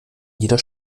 jeder